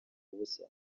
ubusa